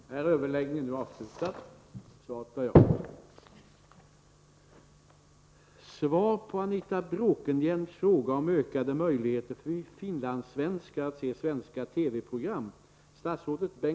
Vi har en betydande svenskspråkig minoritet i vårt östra grannland — finlandssvenskarna. De är förtjänta av kulturellt stöd från rikssvensk sida. Hur ser statsrådet på möjligheterna att underlätta för finlandssvenskarna att se de svenska TV-programmen?